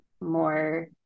more